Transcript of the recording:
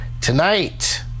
tonight